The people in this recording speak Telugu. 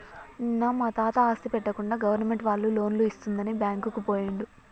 నిన్న మా తాత ఆస్తి పెట్టకుండా గవర్నమెంట్ వాళ్ళు లోన్లు ఇస్తుందని బ్యాంకుకు పోయిండు